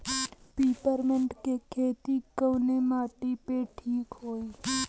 Peppermint के खेती कवने माटी पे ठीक होई?